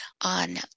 on